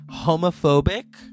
homophobic